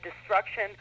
destruction